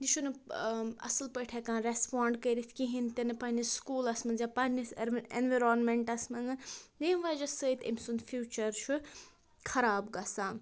یہِ چھُنہٕ اَصٕل پٲٹھۍ ہٮ۪کان رٮ۪سپانٛڈ کٔرِتھ کِہیٖنۍ تِنہٕ پنٛنِس سُکوٗلَس منٛز یا پنٛنِس اٮ۪نوِرانمٮ۪نٛٹس منٛز ییٚمہِ وَجہ سۭتۍ أمۍ سُنٛد فیوٗچَر چھُ خراب گژھان